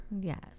Yes